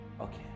Okay